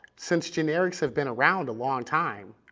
since generics have been around a long time,